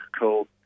called